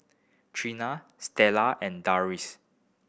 Trina Stella and Darrius